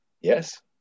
yes